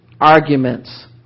arguments